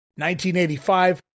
1985